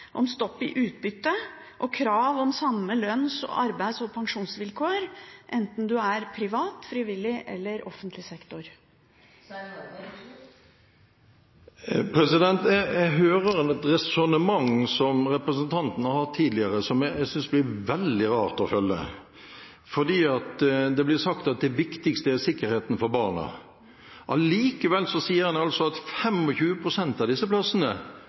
om stopp i utbytte og krav om samme lønns-, arbeids- og pensjonsvilkår, enten det er snakk om privat, frivillig eller offentlig sektor? Jeg hører et resonnement som representanten har hatt tidligere, som jeg synes blir veldig rart å følge: Det blir sagt at det viktigste er sikkerheten for barna. Allikevel sier Andersen at 25 pst. av disse plassene